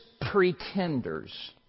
pretenders